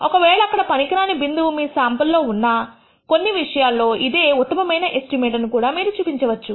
ఒకవేళ అక్కడ పనికిరాని బిందువు మీ శాంపుల్స్ లో ఉన్నా కొన్ని విషయాల్లో ఇదే ఉత్తమమైన ఎస్టిమేట్ అని కూడా మీరు చూపించవచ్చు